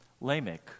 Lamech